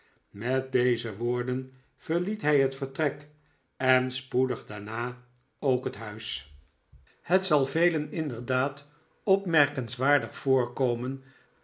met deze woorden verliet hij het vertrek en spoedig daarna ook het huis het zal velen inderdaad